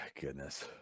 goodness